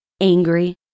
angry